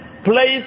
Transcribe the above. place